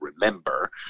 Remember